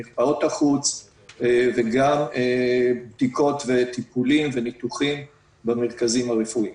מרפאות החוץ וגם בדיקות וטיפולים וניתוחים במרכזים הרפואיים.